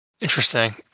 Interesting